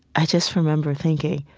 i just remember thinking,